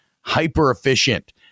hyper-efficient